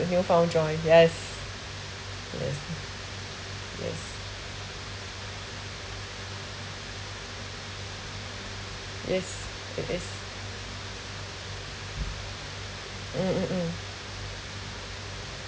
would you found joy yes yes yes yes it is mm mm mm